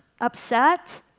upset